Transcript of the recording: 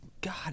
God